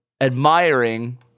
admiring